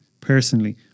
Personally